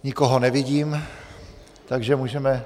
Nikoho nevidím, takže můžeme...